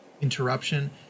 interruption